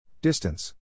Distance